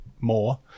more